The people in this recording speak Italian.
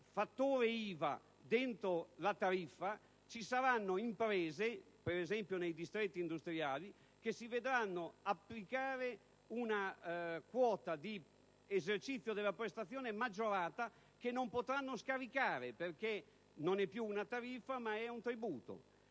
fattore IVA all'interno della tariffa ci saranno imprese - ad esempio nei distretti industriali - che si vedranno applicare una quota di esercizio della prestazione maggiorata che non potranno scaricare perché non è più una tariffa, ma un tributo.